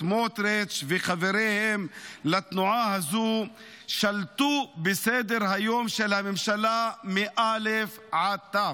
סמוטריץ' וחבריהם לתנועה הזו שלטו בסדר-היום של הממשלה מאל"ף עד ת"ו.